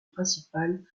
principale